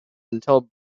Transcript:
until